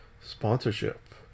sponsorship